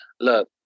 Look